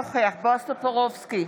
אינו נוכח בועז טופורובסקי,